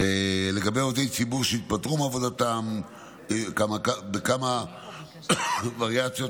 לגבי עובדי ציבור שהתפטרו מעבודתם בכמה וריאציות,